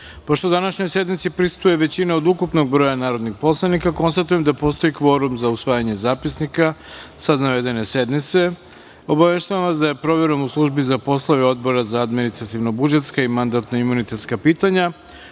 današnjoj sednici prisustvuje većina od ukupnog broja narodnih poslanika, konstatujem da postoji kvorum za usvajanje zapisnika sa navedene sednice. Obaveštavam vas da je proverom u Službi za poslove Odbora za administrativno-budžetska i mandatno-imunitetska pitanja